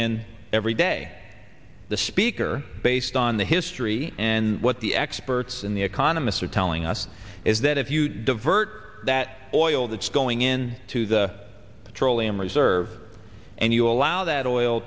in every day at the speaker based on the history and what the experts in the economists are telling us is that if you divert that oil that's going in to the petroleum reserve and you allow that oil